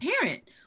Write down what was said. parent